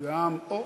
גבעת-עמל,